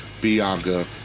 Bianca